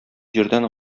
җирдән